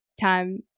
time